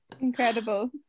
Incredible